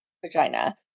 vagina